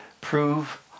prove